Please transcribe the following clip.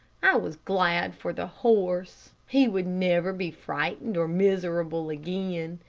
i was glad for the horse. he would never be frightened or miserable again,